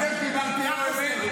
על זה שדיברת לא אמת?